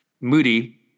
Moody